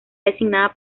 designada